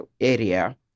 area